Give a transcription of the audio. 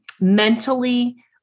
mentally